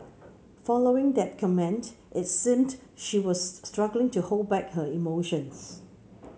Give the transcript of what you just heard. following that comment it seemed she was struggling to hold back her emotions